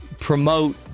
promote